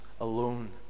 alone